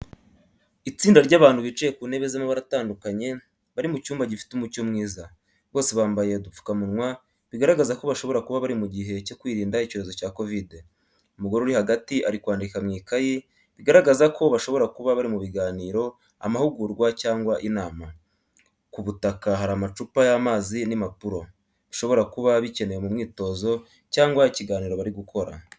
Itsinda ry’abantu bicaye ku ntebe z’amabara atandukanye, bari mu cyumba gifite umucyo mwiza. Bose bambaye udupfukamunwa, bigaragaza ko bashobora kuba bari mu gihe cyo kwirinda icyorezo cya Covid. Umugore uri hagati ari kwandika mu ikayi, bigaragaza ko bashobora kuba bari mu biganiro, amahugurwa cyangwa inama. Ku butaka hari amacupa y’amazi n’impapuro, bishobora kuba bikenewe mu mwitozo cyangwa ikiganiro bari gukora.